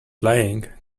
lying